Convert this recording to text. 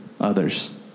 others